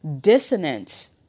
dissonance